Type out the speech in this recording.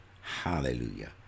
hallelujah